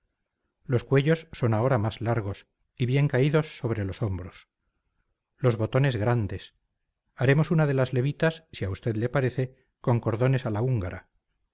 los cuellos son ahora más largos y bien caídos sobre los hombros los botones grandes haremos una de las levitas si a usted le parece con cordones a la húngara